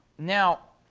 now,